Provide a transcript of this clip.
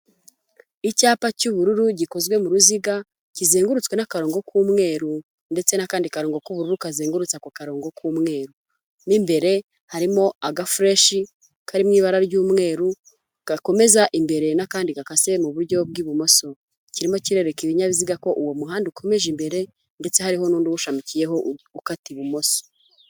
Icyapa cy'ubururu gikozwe mu ruziga kizengurutswe n'akarongo k'umweru ndetse n'akandi karongo k'ubururu kazengurutse ako karongo k'umweru mwimbere harimo agafureshi kari mu ibara ry'umweru gakomeza imbere n'akandi gakase mu buryo bw'ibumoso kirimo kirereka ibinyabiziga ko uwo muhanda ukomeje imbere ndetse hariho n'undi uwushamikiyeho ukata ibumoso.